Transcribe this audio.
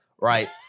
right